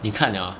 你看了啊